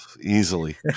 easily